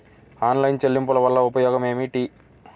Online చెల్లింపుల వల్ల ఉపయోగమేమిటీ?